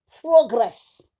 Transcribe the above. progress